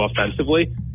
offensively